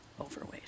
overweight